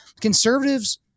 conservatives